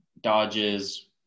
dodges